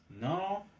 No